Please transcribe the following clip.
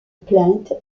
plainte